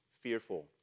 fearful